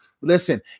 Listen